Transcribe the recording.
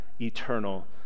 eternal